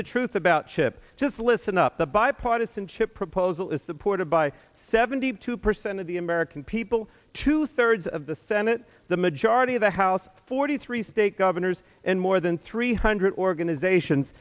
the truth about schip just listen up the bipartisanship proposal is supported by seventy two percent of the american people two thirds of the senate the majority of the house forty three state governors and more than three hundred organizations